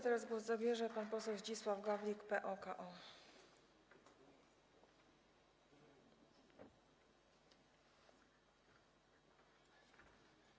Teraz głos zabierze pan poseł Zdzisław Gawlik, PO-KO.